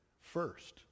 First